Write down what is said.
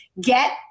get